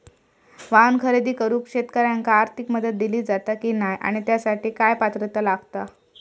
वाहन खरेदी करूक शेतकऱ्यांका आर्थिक मदत दिली जाता की नाय आणि त्यासाठी काय पात्रता लागता?